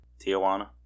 Tijuana